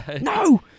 No